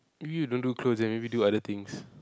maybe you don't do clothes then maybe do other things